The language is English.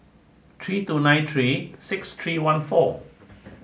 three two nine three six three one four